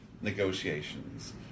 negotiations